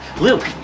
Luke